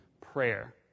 prayer